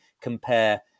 compare